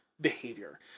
behavior